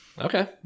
Okay